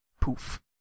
Poof